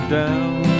down